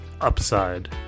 upside